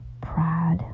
pride